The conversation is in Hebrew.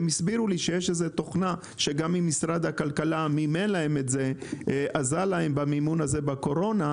הסבירו לי שיש תוכנה שמשרד הכלכלה עזר להם בקורונה לממן את זה